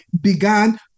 began